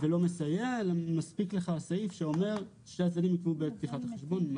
ולא מסייע אלא מספיק לך הסעיף שאומר שהצדדים יקבעו בעת פתיחת החשבון.